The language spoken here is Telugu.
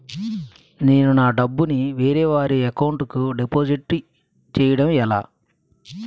నేను నా డబ్బు ని వేరే వారి అకౌంట్ కు డిపాజిట్చే యడం ఎలా?